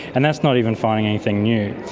and that's not even finding anything new.